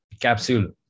capsule